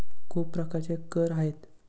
खूप प्रकारचे कर आहेत